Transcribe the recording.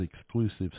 exclusive